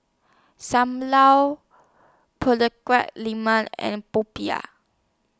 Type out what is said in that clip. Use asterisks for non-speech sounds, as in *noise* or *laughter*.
SAM Lau *unintelligible* and Popiah